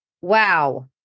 wow